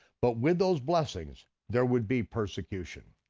but with those blessings there would be persecution.